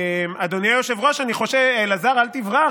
אדוני היושב-ראש אלעזר, אל תברח.